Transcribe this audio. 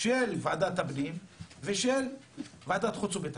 של ועדת הפנים ושל ועדת חוץ וביטחון.